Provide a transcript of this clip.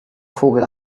vogel